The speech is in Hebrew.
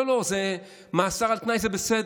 לא, לא, מאסר על תנאי זה בסדר.